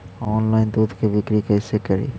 Online दुध के बिक्री कैसे करि?